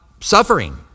suffering